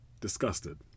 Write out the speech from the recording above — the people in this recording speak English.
disgusted